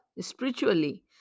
spiritually